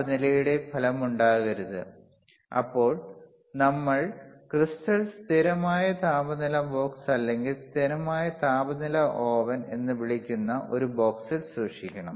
താപനിലയുടെ ഫലമുണ്ടാകരുത് അപ്പോൾ നമ്മൾ ക്രിസ്റ്റൽ സ്ഥിരമായ താപനില ബോക്സ് അല്ലെങ്കിൽ സ്ഥിരമായ താപനില ഓവൻ എന്ന് വിളിക്കുന്ന ഒരു ബോക്സിൽ സൂക്ഷിക്കണം